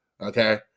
okay